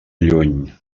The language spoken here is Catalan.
lluny